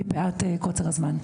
מפאת קוצר הזמן.